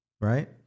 right